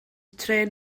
trên